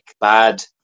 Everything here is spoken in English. bad